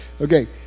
okay